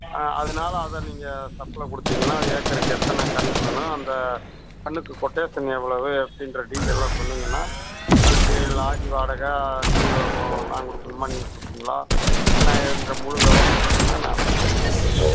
அதனால் அதை நீங்கள் சப்ளே கொடுத்தீங்கன்னா அது ஏக்கருக்கு எத்தனை கன்று வேணும் அந்த கன்றுக்கு கொட்டேஷன் எவ்வளவு எப்படின்ற டீட்டெய்ல்லாம் சொன்னீங்கன்னால் அதுக்கு லாரி வாடகை நீங்கள் நான் கொடுக்கணுமா நீங்கள் கொடுப்பீங்களா என்ன ஏதுங்ற முழு விவரமும் சொன்னீங்கன்னால் நான் பர்சேஸ் பண்ணிக்கிறேன் சார்